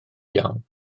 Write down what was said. iawn